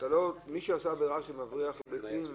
מי שעשה עבירה של הברחת ביצים,